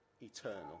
eternal